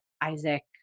Isaac